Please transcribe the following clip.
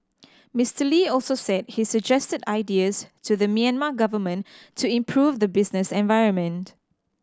Mister Lee also said he suggested ideas to the Myanmar government to improve the business environment